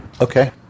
Okay